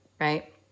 right